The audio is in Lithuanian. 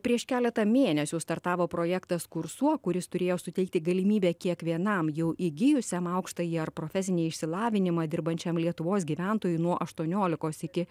prieš keletą mėnesių startavo projektas kursuo kuris turėjo suteikti galimybę kiekvienam jau įgijusiam aukštąjį ar profesinį išsilavinimą dirbančiam lietuvos gyventojui nuo aštuoniolikos iki